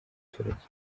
abaturage